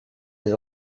des